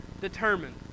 determined